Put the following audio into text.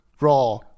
Raw